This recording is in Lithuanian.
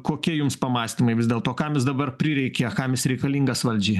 kokie jums pamąstymai vis dėlto kam jis dabar prireikė kam jis reikalingas valdžiai